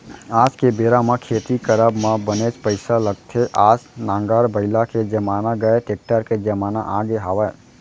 आज के बेरा म खेती करब म बनेच पइसा लगथे आज नांगर बइला के जमाना गय टेक्टर के जमाना आगे हवय